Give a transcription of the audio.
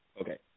Okay